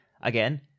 Again